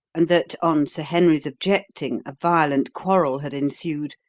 and that, on sir henry's objecting, a violent quarrel had ensued,